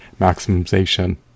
maximization